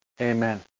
Amen